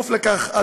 כפוף לכך,